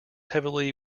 heavily